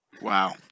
Wow